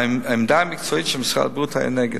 העמדה המקצועית של משרד הבריאות היתה נגד,